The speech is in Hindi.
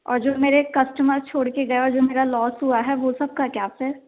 और जो मेरे कस्टमर छोड़ कर गए हैं और जो मेरा लॉस हुआ है वह सबका क्या फिर